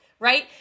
right